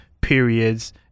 periods